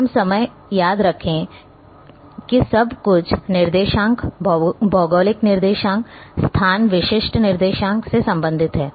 हर समय याद रखें कि सब कुछ निर्देशांक भौगोलिक निर्देशांक स्थान विशिष्ट निर्देशांक से संबंधित है